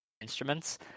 instruments